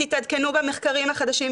תתעדכנו במחקרים החדשים,